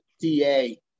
DA